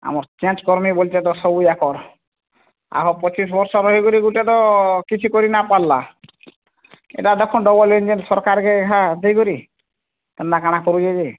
ଆମର୍ ଚେଞ୍ଜ୍ କରିନି ବୋଲି ତ ସବୁ ଯାକର୍ ଆମ ପଚିଶ୍ ବର୍ଷର ରହି କରି ଗୋଟେ ତ କିଛି କରି ନ ପାରିଲା ଏଇଟା ଦେଖନ୍ତୁ ଡବଲ୍ ଇଞ୍ଜିନ୍ ସରକାର କେ ଦେଇ କରି କେନ୍ତା କାଣ କରିଚି